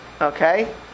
okay